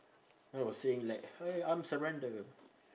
oh saying like hey I'm surrender